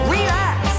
Relax